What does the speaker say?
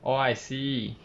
orh I see